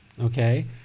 okay